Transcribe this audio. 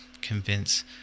convince